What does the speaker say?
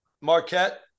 Marquette